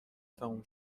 تموم